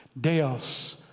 Deus